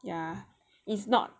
ya it's not